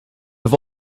have